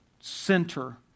center